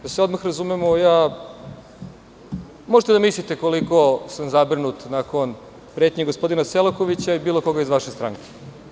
Da se odmah razumemo, možete da zamislite koliko sam zabrinut za pretnje gospodina Selakovića ili bilo koga iz vaše stranke.